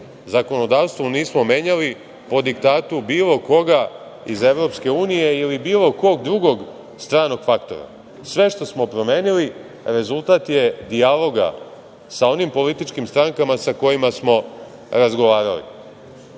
zakonodavstvu nismo menjali po diktatu bilo koga iz EU ili bili kog drugog stranog faktora. Sve što smo promenili, rezultat je dijaloga sa onim političkim strankama sa kojima smo razgovarali. Aleksandar